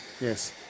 yes